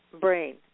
brain